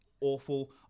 Awful